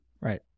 Right